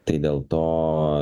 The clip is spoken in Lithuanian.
tai dėl to